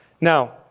Now